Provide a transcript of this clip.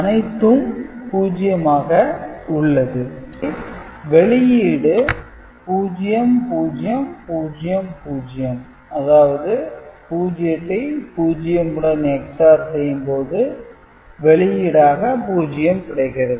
அனைத்தும் 0 ஆக உள்ளது எனவே வெளியீடு 0000 அதாவது 0 ஐ 0 உடன் XOR செய்யும் போது வெளியீடாக 0 கிடைக்கிறது